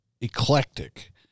eclectic